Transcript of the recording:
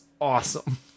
awesome